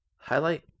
Highlight